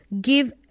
give